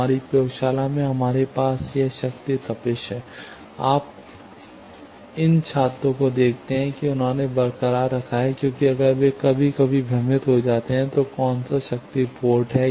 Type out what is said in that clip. हमारी प्रयोगशाला में हमारे पास यह शक्ति तपिश है आप इन छात्रों को देखते हैं कि उन्होंने बरकरार रखा है क्योंकि अगर वे कभी कभी भ्रमित हो जाते हैं तो कौन सा शक्ति पोर्ट है